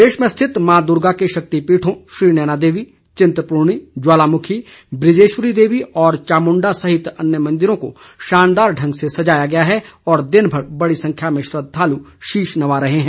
प्रदेश में स्थित मां दुर्गा के शक्तिपीठों श्रीनैना देवी चिंतपूर्णी ज्वालामुखी बजेश्वरी देवी और चामुण्डा सहित अन्य मंदिरों को शानदार ढंग से सजाया गया है और दिनभर बड़ी संख्या में श्रद्धालु शीश नवा रहे हैं